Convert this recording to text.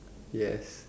yes